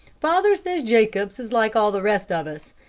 father says jacobs is like all the rest of us.